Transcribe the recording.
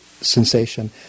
sensation